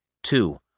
Two